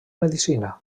medicina